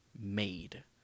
made